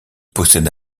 possède